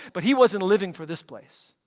but he wasn't living for this place.